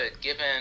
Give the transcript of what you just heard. Given